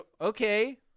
okay